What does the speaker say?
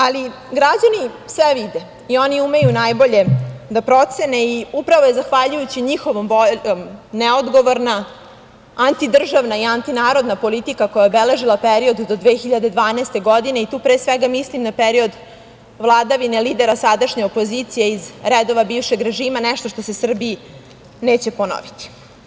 Ali, građani sve vide i oni umeju najbolje da procene i upravo je zahvaljujući njihovom voljom neodgovorna antidržavna i antinarodna politika koja je obeležila period do 2012. godine, tu pre svega mislim na period vladavine lidera sadašnje opozicije iz redova bivšeg režima, nešto što se Srbiji neće ponoviti.